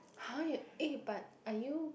!huh! you eh but are you